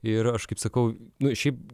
ir aš kaip sakau nu šiaip